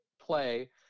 play